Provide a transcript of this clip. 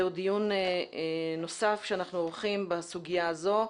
זהו דיון נוסף שאנחנו עורכים בסוגיה הזו.